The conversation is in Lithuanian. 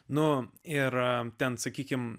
nu ir ten sakykime